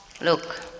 Look